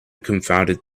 confounded